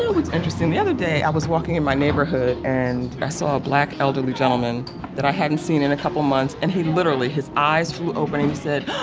what's interesting? the other day i was walking in my neighborhood and i saw a black elderly gentleman that i hadn't seen in a couple months and he literally, his eyes flew open and he said,